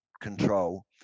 control